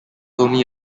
only